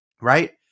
Right